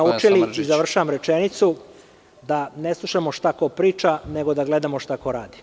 Naučili smo, i završavam rečenicu, da ne slušamo šta ko priča nego da gledamo šta ko radi.